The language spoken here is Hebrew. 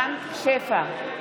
רם שפע,